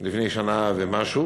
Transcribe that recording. לפני שנה ומשהו